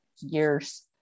years